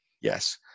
Yes